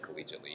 collegiately